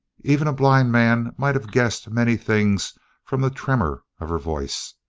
even a blind man might have guessed many things from the tremor of her voice.